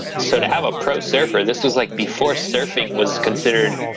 so, to have a pro surfer, this was like before surfing was considered.